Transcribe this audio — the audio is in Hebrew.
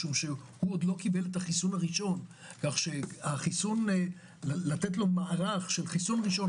כי הוא עוד לא קיבל את החיסון הראשון כך שלתת לו מערך של חיסון ראשון,